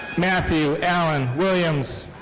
matthew alan williams.